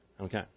Okay